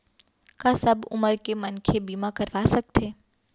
का सब उमर के मनखे बीमा करवा सकथे?